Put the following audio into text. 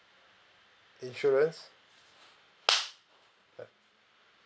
insurance uh